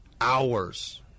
hours